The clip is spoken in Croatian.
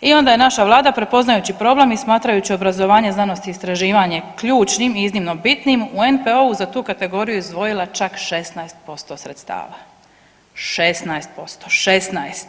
i onda je naša Vlada prepoznajući problem i smatrajući obrazovanje, znanost i istraživanje ključnim i iznimno bitnim u NPO-u za tu kategoriju izdvojila čak 16% sredstava, 16%, 16.